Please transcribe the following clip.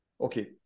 Okay